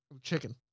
Chicken